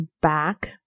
back